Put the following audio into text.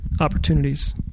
opportunities